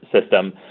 System